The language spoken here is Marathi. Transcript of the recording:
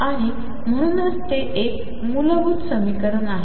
आणि म्हणूनच ते एक मूलभूत समीकरण आहे